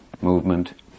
movement